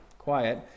quiet